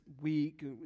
week